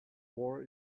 war